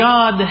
God